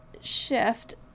shift